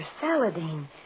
Saladin